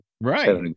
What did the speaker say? Right